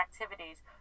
activities